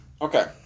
Okay